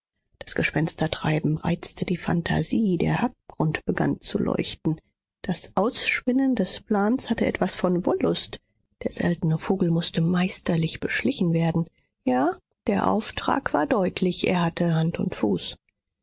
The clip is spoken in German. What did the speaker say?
das gespenstertreiben reizte die phantasie der abgrund begann zu leuchten das ausspinnen des plans hatte etwas von wollust der seltene vogel mußte meisterlich beschlichen werden ja der auftrag war deutlich er hatte hand und fuß